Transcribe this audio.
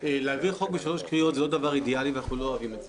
להעביר חוק בשלוש קריאות זה לא דבר אידאלי ואנחנו לא אוהבים את זה.